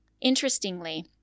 Interestingly